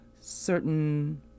certain